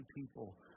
people